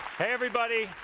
hey, everybody.